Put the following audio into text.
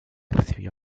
recibió